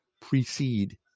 precede